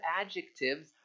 adjectives